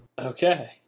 Okay